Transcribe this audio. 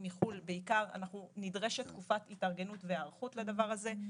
מחו"ל בעיקר נדרשת תקופת התארגנות והיערכות לדבר הזה,